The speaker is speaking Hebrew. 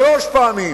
שלוש פעמים.